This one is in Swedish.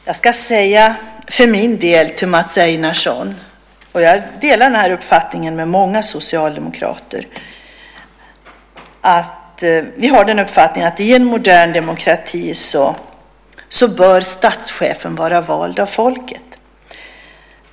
Herr talman! Min uppfattning, och den delar jag med många socialdemokrater, är att i en modern demokrati bör statschefen vara vald av folket.